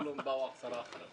אפילו אם באו עשרה אחריו.